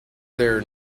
their